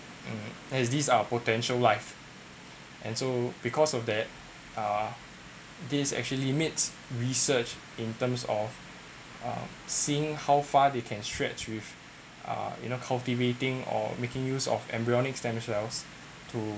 mm as these are potential life and so because of that uh these actually limits research in terms of um seeing how far they can stretch with uh you know cultivating or making use of embryonic stem cells to